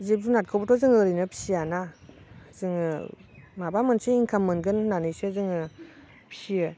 जिब जुनारखौबोथ' जोङो ओरैनो फिसिया ना जोङो माबा मोनसे इंकाम मोनगोन होननानैसो जोङो फिसियो